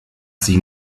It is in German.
sie